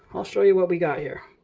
i'll show you what we got here.